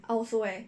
I also eh